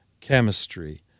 chemistry